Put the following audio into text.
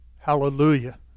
Hallelujah